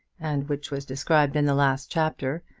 and which was described in the last chapter,